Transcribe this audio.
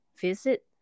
visit